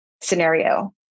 scenario